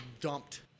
dumped